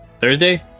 thursday